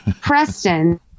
Preston